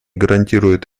гарантирует